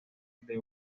del